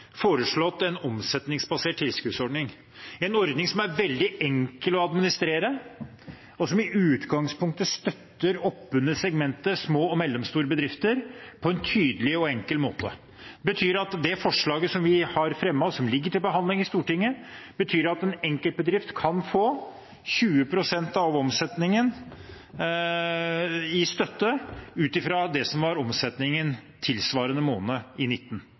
foreslått en omsetningsbasert tilskuddsordning, en ordning som er veldig enkel å administrere, og som i utgangspunktet støtter opp under segmentet små og mellomstore bedrifter på en tydelig og enkel måte. Det forslaget som vi har fremmet, og som ligger til behandling i Stortinget, betyr at en enkeltbedrift kan få 20 pst. av omsetningen i støtte ut fra det som var omsetningen i tilsvarende måned i